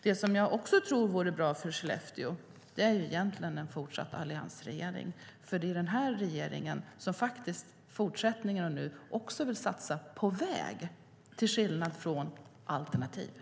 Det som också vore bra för Skellefteå är en fortsatt alliansregering, för till skillnad från alternativet vill vi satsa också på väg.